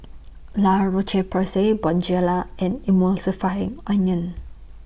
La Roche Porsay Bonjela and